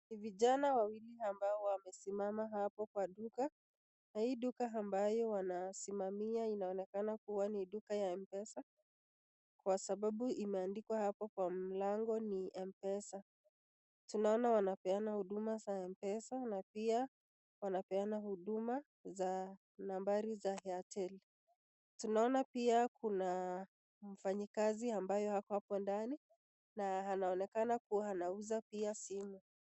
Ni vijani wawili ambao wamesimama hapo kwa duka na hii duka ambayo wanasimamia inaonekana kuwa ni duka ya Mpesa kwa sababu imeandikwa hapo kwa mlango ni mpesa. Tunaona wanapeana huduma za mpesa na pia wanapeana huduma za nambari za Airtel. Tunaona pia kuna mfanyakazi ambayo ako hapo ndani na anaonekana kuwa anauza pia simu.